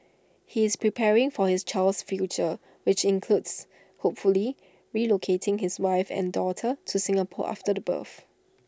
he is preparing for his child's future which includes hopefully relocating his wife and daughter to Singapore after the birth